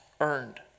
earned